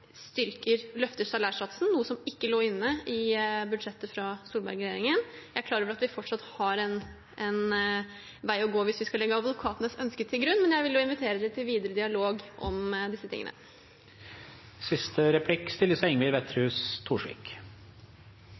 løfter salærsatsen, noe som ikke lå inne i budsjettet fra Solberg-regjeringen. Jeg er klar over at vi fortsatt har en vei å gå hvis vi skal legge advokatenes ønsker til grunn, men jeg vil invitere dem til videre dialog om disse tingene.